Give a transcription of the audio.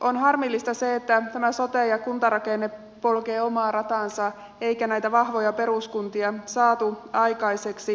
on harmillista se että nämä sote ja kuntarakenne polkevat omaa rataansa eikä vahvoja peruskuntia saatu aikaiseksi